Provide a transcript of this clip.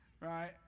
right